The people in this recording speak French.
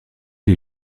les